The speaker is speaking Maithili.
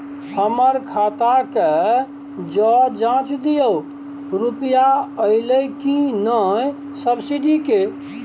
हमर खाता के ज जॉंच दियो रुपिया अइलै की नय सब्सिडी के?